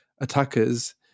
attackers